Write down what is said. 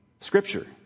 Scripture